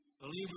Believers